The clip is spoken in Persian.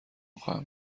خواهم